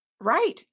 Right